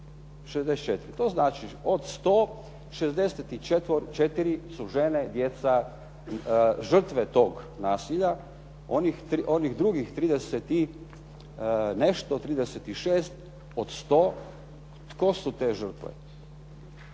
To znači od sto 64 su žene, djeca žrtve tih nasilja. Onih drugih 30 i nešto, 36 od 100 tko su te žrtve?